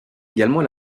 également